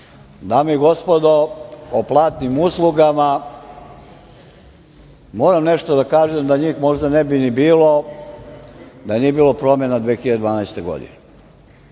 i gospodo, o platnim uslugama, moram nešto da kažem da njih ne bi bilo da nije bilo promena 2012. godine. Dakle,